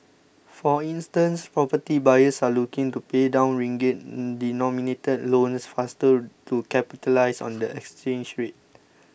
for instance property buyers are looking to pay down ringgit denominated loans faster to capitalise on the exchange rate